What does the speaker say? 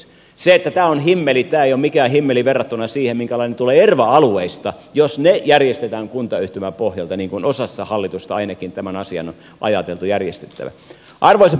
se että tämä on himmeli tämä ei ole mikään himmeli verrattuna siihen minkälainen tulee erva alueista jos ne järjestetään kuntayhtymän pohjalta niin kuin osassa hallitusta ainakin tämä asia on ajateltu järjestettävän